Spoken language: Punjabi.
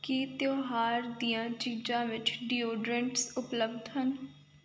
ਕੀ ਤਿਉਹਾਰ ਦੀਆਂ ਚੀਜ਼ਾਂ ਵਿੱਚ ਡੀਓਡਰੈਂਟਸ ਉਪਲੱਬਧ ਹਨ